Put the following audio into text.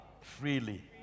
freely